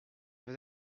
vais